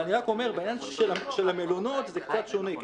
אבל במלונות זה קצת שונה.